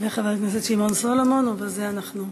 וחבר הכנסת שמעון סולומון, ובזה אנחנו,